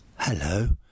hello